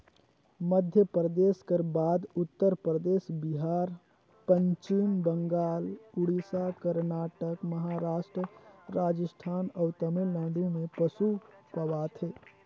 मध्यपरदेस कर बाद उत्तर परदेस, बिहार, पच्छिम बंगाल, उड़ीसा, करनाटक, महारास्ट, राजिस्थान अउ तमिलनाडु में पसु पवाथे